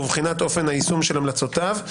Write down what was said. ובחינת אופן היישום של המלצותיו.